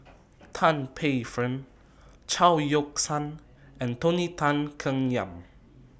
Tan Paey Fern Chao Yoke San and Tony Tan Keng Yam